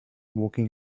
walking